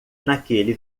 naquele